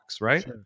right